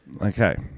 Okay